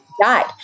Died